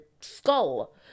skull